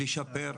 לשפר.